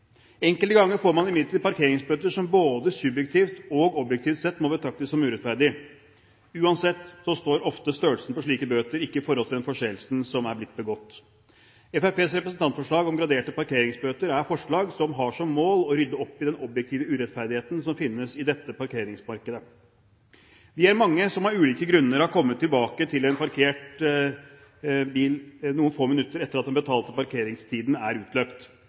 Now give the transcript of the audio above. Enkelte ganger får man imidlertid parkeringsbøter som både subjektivt og objektivt sett må betraktes som urettferdig. Uansett står ofte størrelsen på slike bøter ikke i forhold til den forseelsen som er blitt begått. Fremskrittspartiets representantforslag om graderte parkeringsbøter er forslag som har som mål å rydde opp i den objektive urettferdigheten som finnes i dette parkeringsmarkedet. Vi er mange som av ulike grunner har kommet tilbake til en parkert bil noen få minutter etter at den betalte parkeringstiden er utløpt.